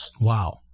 Wow